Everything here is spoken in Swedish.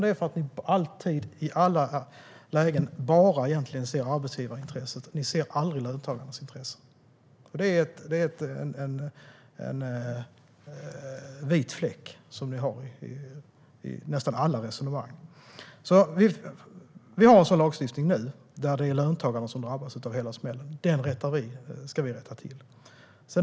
Det är för att ni alltid i alla lägen egentligen bara ser arbetsgivarintresset. Ni ser aldrig löntagarnas intressen. Det är en vit fläck som ni har i nästan alla resonemang. Vi har nu en lagstiftning där det är löntagarna som får ta hela smällen. Det ska vi rätta till.